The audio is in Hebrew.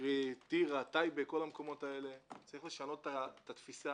קרי טירה, טייבה וכו' - צריך לשנות את התפישה.